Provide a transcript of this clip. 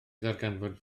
ddarganfod